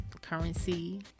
Currency